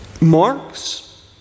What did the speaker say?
Marx